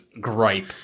gripe